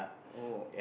oh